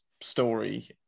story